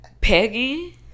Peggy